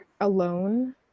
alone